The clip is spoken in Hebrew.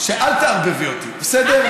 אל תערבבי אותי, בסדר?